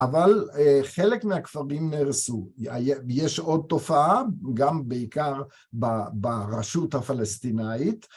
אבל חלק מהכפרים נהרסו, היה, יש עוד תופעה גם בעיקר ברשות הפלסטינאית